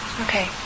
Okay